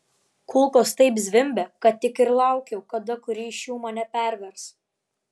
kulkos taip zvimbė kad tik ir laukiau kada kuri iš jų mane pervers